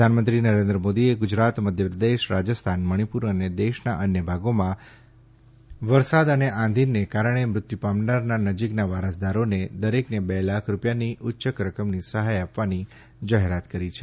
પ્રધાનમંત્રી નરેન્દ્ર મોદીએ ગુજરાત મધ્યપ્રદેશ રાજસ્થાન મણિપુર અને દેશના અન્ય ભાગોના વિસ્તારોમાં વરસાદ અને આંધીને કારણે મૃત્યુ પામનારના નજીકના વારસદારોને દરેકને બે લાખ રૂપિયાની ઉચ્યક રકમની સહાય આપવાની જાહેરાત કરી છે